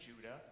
judah